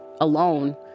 alone